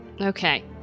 Okay